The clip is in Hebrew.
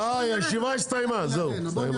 הישיבה ננעלה בשעה 14:08.